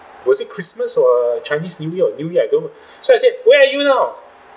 was it christmas or err chinese new year or new year I don't know so I said where are you now